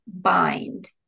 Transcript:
bind